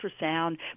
ultrasound